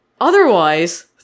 Otherwise